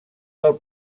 del